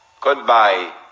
Goodbye